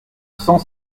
cent